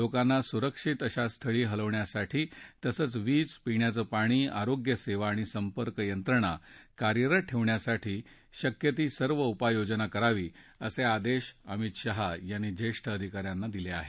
लोकांना सुरक्षित स्थळी हलवण्यासाठी तसंच वीज पिण्याचं पाणी आरोग्यसेवा आणि संपर्क यंत्रणा कार्यरत ठेवण्यासाठी शक्य ती सर्व उपाययोजना करावी असे आदेश अमित शहा यांनी ज्येष्ठ अधिका यांना दिले आहेत